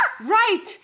Right